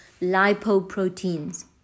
lipoproteins